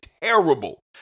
terrible